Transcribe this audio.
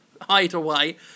hideaway